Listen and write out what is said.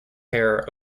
hair